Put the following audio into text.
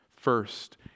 First